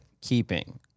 keeping